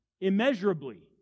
immeasurably